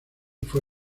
fue